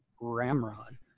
ramrod